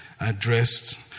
addressed